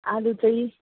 आलु चाहिँ